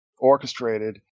orchestrated